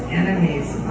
enemies